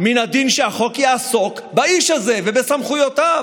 מן הדין שהחוק יעסוק באיש הזה ובסמכויותיו.